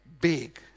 big